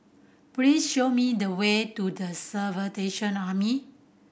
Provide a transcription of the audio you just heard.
please show me the way to The Salvation Army